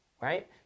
right